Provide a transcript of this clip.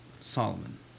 Solomon